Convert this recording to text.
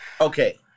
okay